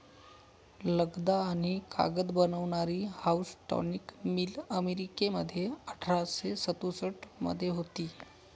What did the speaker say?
लगदा आणि कागद बनवणारी हाऊसटॉनिक मिल अमेरिकेमध्ये अठराशे सदुसष्ट मध्ये होती